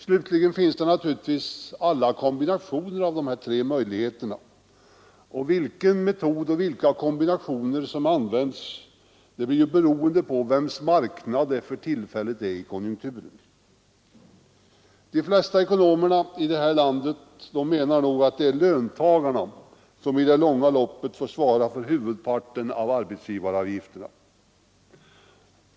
Slutligen kan det naturligtvis förekomma kombinationer av dessa tre möjligheter. Vilken grupp som får betala beror på vems marknad det för tillfället är i konjunkturen. De flesta ekonomer i detta land anser nog att det är löntagarna som i det långa loppet får svara för huvudparten av arbetsgivaravgifterna.